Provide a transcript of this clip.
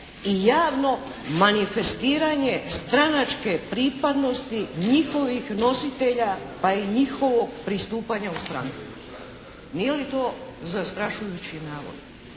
i javno manifestiranje stranačke pripadnosti njihovih nositelja pa i njihovog pristupanja u stranku. Nije li to zastrašujući navod.